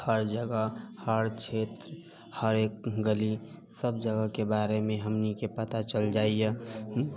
हर जगह हर क्षेत्र हरेक गली सब जगहके बारेमे हमनीके पता चलि जाइया